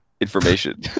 information